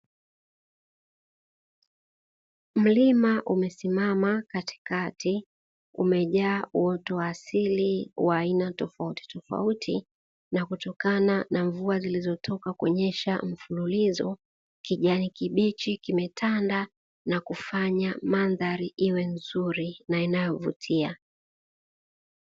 Mlima umesimama katikati, umejaa uoto wa asili wa aina tofautitofauti, na kutoka na mvua zilizotoka kunyesha mfululizo, kijani kibichi kimetanda na kufanya mandhari iwe nzuri na inayovutia.